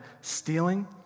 stealing